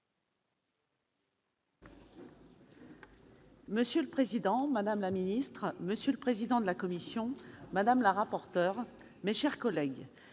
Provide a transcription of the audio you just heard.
Monsieur le président, madame la secrétaire d'État, monsieur le président de la commission, madame la rapporteur, mes chers collègues,